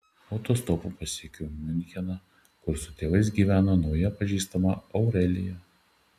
autostopu pasiekiau miuncheną kur su tėvais gyveno nauja pažįstama aurelija